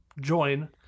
join